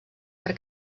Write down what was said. per